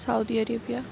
Saudi Arabia